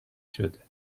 شده